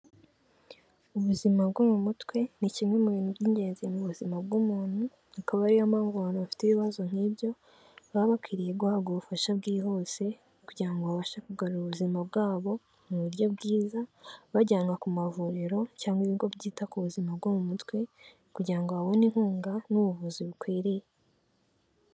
Ubuzima bwo mu mutwe ni kimwe mu bintu by'ingenzi mu buzima bw'umuntu, akaba ariyo mpamvu abantu bafite ibibazo nk'ibyo baba bakwiriye guhabwa ubufasha bwihuse kugira ngo babashe kugarura ubuzima bwabo mu buryo bwiza, bajyanwa ku mavuriro cyangwa ibigo byita ku buzima bwo mu mutwe kugira ngo babone inkunga n'ubuvuzi bukwiriye.